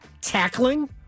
tackling